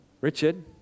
Richard